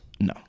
No